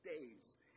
days